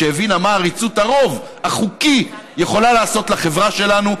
שהבינה מה עריצות הרוב החוקי יכולה לעשות לחברה שלנו.